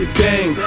bang